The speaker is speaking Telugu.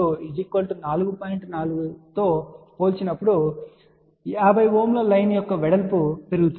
4 తో పోల్చినప్పుడు 50 Ω లైన్ యొక్క వెడల్పు పెరుగుతుంది